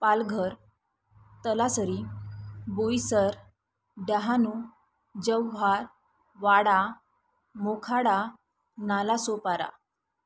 Palghar Talasari Boisar Dahanu Jawhar Wada Mokhada Nalasopara